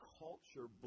culture